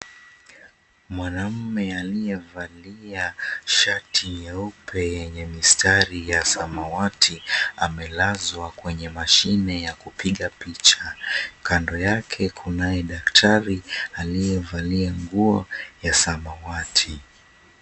Mwanaume aliyevalia shati nyeupe yenye mistari ya samawati amelazwa kwenye mashine ya kupiga picha. Kando yake kunaye daktari aliyevalia nguo ya samawati.